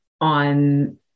on